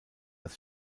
das